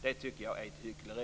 Det tycker jag är ett hyckleri.